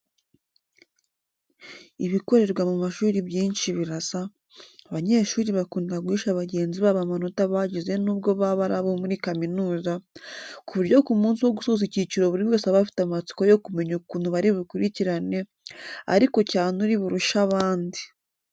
Ibikorerwa mu mashuri byinshi birasa, abanyeshuri bakunda guhisha bagenzi babo amanota bagize n'ubwo baba ari abo muri kaminuza, ku buryo ku munsi wo gusoza icyiciro buri wese aba afite amatsiko yo kumenya ukuntu bari bukurikirane, ariko cyane uri burushe abandi.